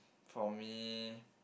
for me